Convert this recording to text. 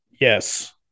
Yes